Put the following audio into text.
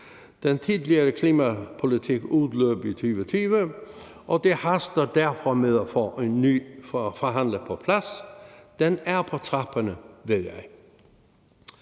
Den tidligere klimapolitik udløb i 2020, og det haster derfor med at få en ny forhandlet på plads. Den er på trapperne, ved jeg.